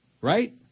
Right